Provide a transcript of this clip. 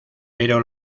pero